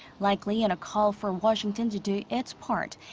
likely in a call for washington to do its part.